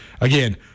again